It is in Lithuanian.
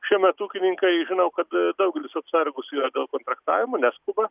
šiuo metu ūkininkai žinau kad daugelis atsargūs yra dėl to traktavimo neskuba